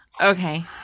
Okay